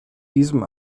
diesem